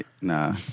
Nah